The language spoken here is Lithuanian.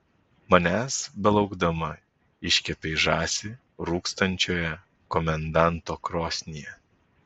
manęs belaukdama iškepei žąsį rūkstančioje komendanto krosnyje